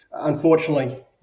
Unfortunately